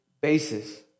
basis